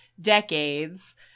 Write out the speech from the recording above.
decades